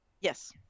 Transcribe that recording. yes